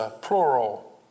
plural